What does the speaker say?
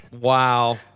Wow